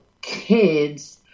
kids